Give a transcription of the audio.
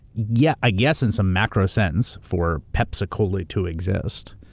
yeah, i guess in some macro sense, for pepsi cola to exist,